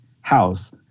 house